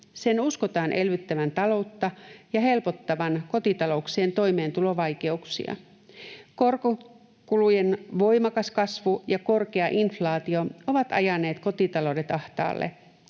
Sen uskotaan elvyttävän taloutta ja helpottavan kotitalouksien toimeentulovaikeuksia. Korkokulujen voimakas kasvu ja korkea inflaatio ovat ajaneet kotitaloudet ahtaalle.